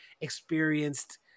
experienced